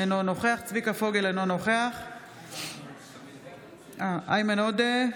אינו נוכח צביקה פוגל, אינו נוכח איימן עודה,